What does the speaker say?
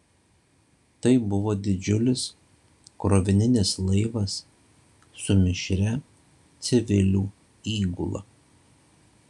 tai buvo didžiulis krovininis laivas su mišria civilių įgula